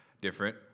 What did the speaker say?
different